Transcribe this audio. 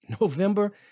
November